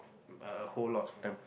a a whole lot of them